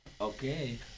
Okay